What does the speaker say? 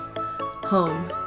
Home